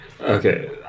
Okay